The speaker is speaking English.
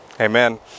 Amen